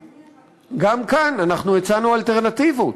גם כאן אנחנו הצענו אלטרנטיבות.